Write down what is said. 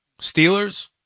Steelers